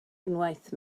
unwaith